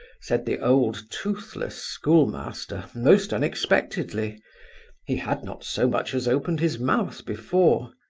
said the old toothless schoolmaster, most unexpectedly he had not so much as opened his mouth before.